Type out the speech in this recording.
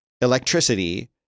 electricity